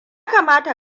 kamata